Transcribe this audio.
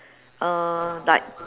uh like